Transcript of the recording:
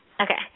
Okay